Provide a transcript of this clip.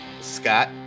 Scott